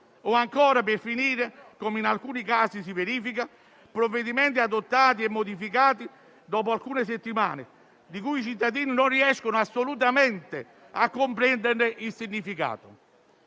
o ancora - come in alcuni casi si verifica - provvedimenti adottati e modificati dopo alcune settimane, di cui i cittadini non riescono assolutamente a comprendere il significato.